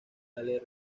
alex